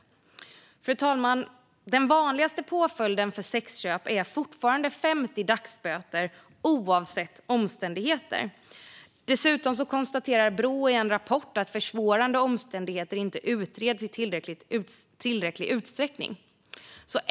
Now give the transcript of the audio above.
Fru talman! Den vanligaste påföljden för sexköp är fortfarande 50 dagsböter, oavsett omständigheter. Dessutom konstaterar Brå i en rapport att försvårande omständigheter inte utreds i tillräcklig utsträckning.